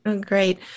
Great